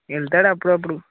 వెళ్తాడు అప్పుడప్పుడు